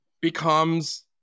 becomes